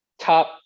top